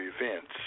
events